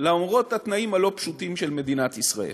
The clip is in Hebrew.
למרות התנאים הלא-פשוטים של מדינת ישראל.